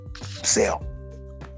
sell